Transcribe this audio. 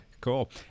Cool